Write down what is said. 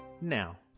Now